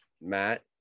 Matt